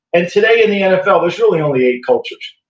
and today in the nfl there's really only eight cultures.